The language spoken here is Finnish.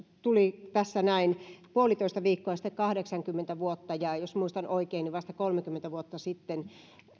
tuli tässä näin puolitoista viikkoa sitten kahdeksankymmentä vuotta ja jos muistan oikein niin vasta kolmekymmentä vuotta sitten